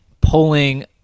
pulling